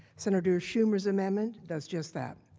senator schumer's amendment does just that.